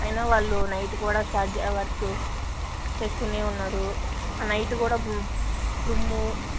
అయినా వాళ్ళు నైట్ కూడా స్టాట్ చే వర్కు చేస్తూనే ఉన్నారు నైట్ కూడా దుమ్ము